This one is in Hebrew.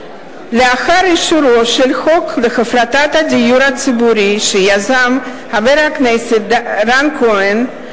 לאחר אישור חוק להפרטת הדיור הציבורי שיזם חבר הכנסת רן כהן,